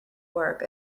work